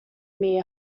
mere